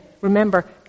Remember